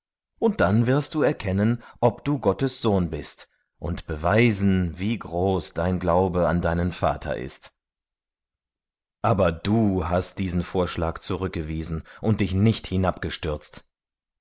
und also wirst du wissen daß du gottes sohn bist und wirst den menschen für ewig zeigen wie groß dein glaube an den vater im himmel ist du aber da du den bösen geist also hörtest wiesest diesen antrag von dir und warfst dich nicht